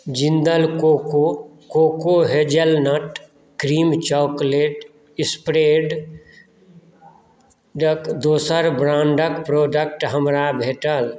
Jindal coco coco hazelnut cream chocolate स्प्रेडक दोसर ब्रांडक प्रोडक्ट हमरा भेटल